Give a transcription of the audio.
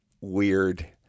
weird